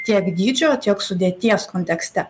tiek dydžio tiek sudėties kontekste